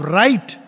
right